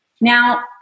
Now